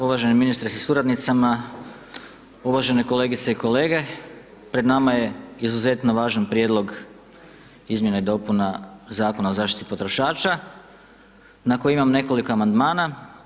Uvaženi ministre sa suradnicama, uvažene kolegice i kolege, pred nama je izuzetno važan Prijedlog izmjena i dopuna Zakona o zaštiti potrošača na koji imam nekoliko Amandmana.